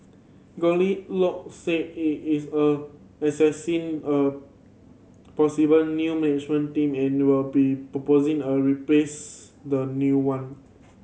Goldilock said it is a assessing a possible new management team and will be proposing a replace the new one